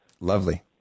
Lovely